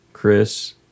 Chris